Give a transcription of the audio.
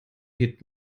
geht